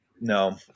No